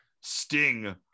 Sting